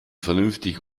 vernünftig